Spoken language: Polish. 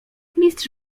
mistrz